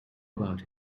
about